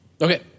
Okay